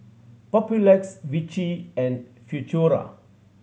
Papulex Vichy and Futuro